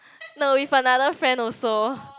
no with another friend also